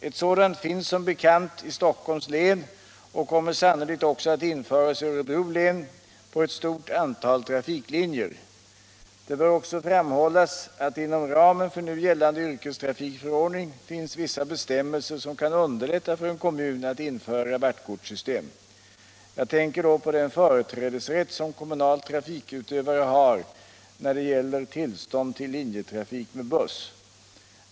Ett sådant finns som bekant i Stockholms län och kommer sannolikt också att införas i Örebro län på ett stort antal trafiklinjer. Det bör också framhållas att det inom ramen för nu gällande yrkestrafikförordning finns vissa bestämmelser som kan underlätta för en kommun att införa rabattkortssystem. Jag tänker då på den företrädesrätt som kommunal trafikutövare har när det gäller tillstånd till linjetrafik med buss.